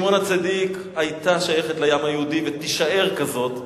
שמעון הצדיק היתה שייכת לעם היהודי ותישאר כזאת,